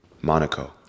Monaco